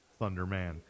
Thunderman